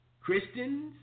Christians